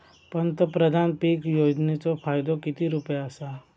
पंतप्रधान पीक योजनेचो फायदो किती रुपये आसा?